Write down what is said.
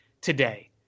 today